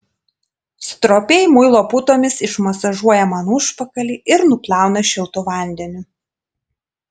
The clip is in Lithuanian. stropiai muilo putomis išmasažuoja man užpakalį ir nuplauna šiltu vandeniu